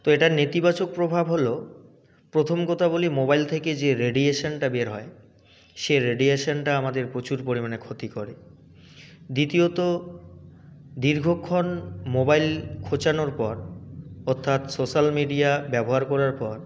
তো এটার নেতিবাচক প্রভাব হল প্রথম কথা বলি মোবাইল থেকে যে রেডিয়েশনটা বের হয় সে রেডিয়েশনটা আমাদের প্রচুর পরিমাণে ক্ষতি করে দ্বিতীয়ত দীর্ঘক্ষণ মোবাইল খোঁচানোর পর অর্থাৎ সোশ্যাল মিডিয়া ব্যবহার করার পর